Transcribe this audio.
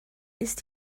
ist